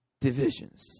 divisions